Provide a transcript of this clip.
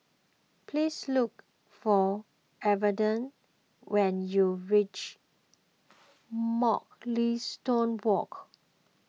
please look for Evander when you reach Mugliston Walk